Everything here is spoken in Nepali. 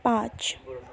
पाँच